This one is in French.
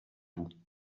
vous